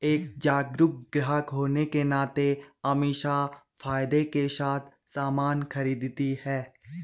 एक जागरूक ग्राहक होने के नाते अमीषा फायदे के साथ सामान खरीदती है